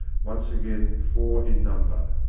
once again four in number.